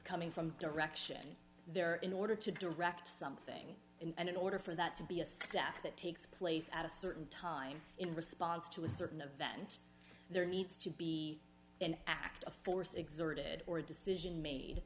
coming from direction there in order to direct something and in order for that to be a step that takes place at a certain time in response to a certain event there needs to be an act of force exerted or decision made